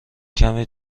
کمی